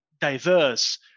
diverse